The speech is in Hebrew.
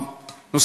נבקש מדיכטר.